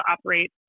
operate